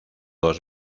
dos